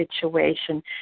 situation